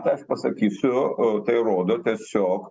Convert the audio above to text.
tai aš pasakysiu tai rodo tiesiog